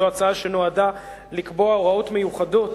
זאת הצעה שנועדה לקבוע הוראות מיוחדות